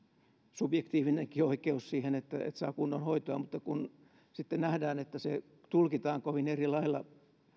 subjektiivinenkin oikeus siihen että saavat kunnon hoitoa mutta kun sitten nähdään että se tulkitaan kovin eri lailla